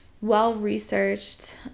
well-researched